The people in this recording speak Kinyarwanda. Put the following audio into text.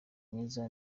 mwiza